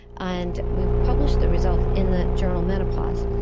and we published the results in the journal menopause.